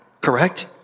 correct